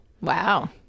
Wow